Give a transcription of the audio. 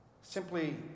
simply